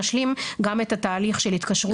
שאנחנו נשלים גם את התהליך של התקשרות הרכש.